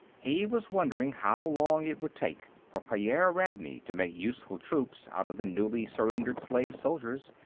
he was wondering how long it would take for pyairr ravney to make useful troops out of the newly-surrendered slave soldiers,